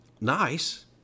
nice